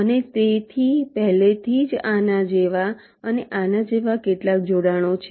અને તેથી પહેલેથી જ આના જેવા અને આના જેવા કેટલાક જોડાણો છે